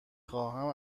خواهم